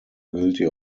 guilty